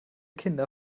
kinder